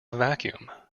vacuum